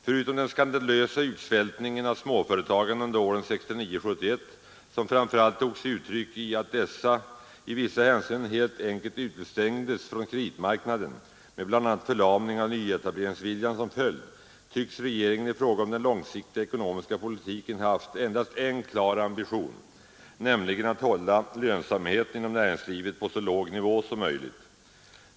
Förutom den skandalösa utsvältningen av småföretagarna under åren 1969—1971, som framför allt tog sig uttryck i att dessa i vissa hänseenden helt enkelt utestängdes från kreditmarknaden med bl.a. förlamning av nyetableringsviljan som följd, tycks regeringen i fråga om den långsiktiga ekonomiska politiken haft endast en klar ambition, nämligen att hålla lönsamheten inom näringslivet på så låg nivå som möjligt.